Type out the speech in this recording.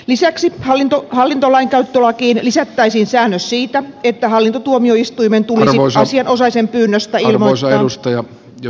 lisäksi hallintolainkäyttölakiin lisättäisiin säännös siitä että hallintotuomioistuimen tulisi asianosaisen pyynnöstä ilmoittaa